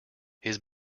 his